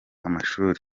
amashuri